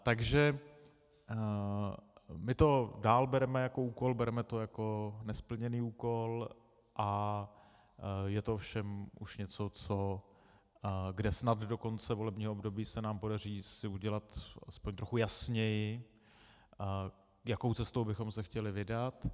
Takže my to dál bereme jako úkol, bereme to jako nesplněný úkol a je to ovšem už něco, kde snad do konce volebního období se nám podaří si udělat aspoň trochu jasněji, jakou cestou bychom se chtěli vydat.